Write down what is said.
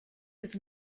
his